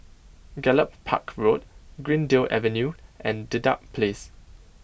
Gallop Park Road Greendale Avenue and Dedap Place